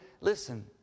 listen